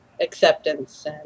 acceptance